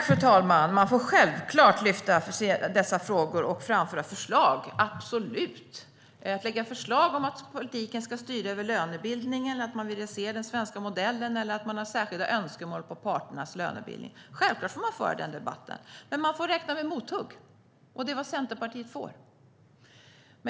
Fru talman! Man får självklart lyfta dessa frågor och framföra förslag, absolut! Självklart får man lägga fram förslag om att politiken ska styra över lönebildningen och om att rasera den svenska modellen eller ha särskilda önskemål om parternas lönebildning. Självklart får man föra den debatten, men man får räkna med mothugg, och det är vad Centerpartiet får.